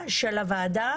בגלל שאני מכבד אותך,